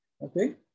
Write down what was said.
okay